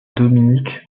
dominique